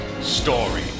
story